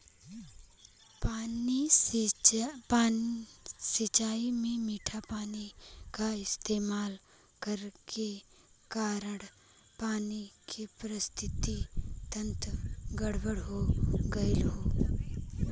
सिंचाई में मीठा पानी क इस्तेमाल करे के कारण पानी क पारिस्थितिकि तंत्र गड़बड़ हो गयल हौ